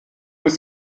ist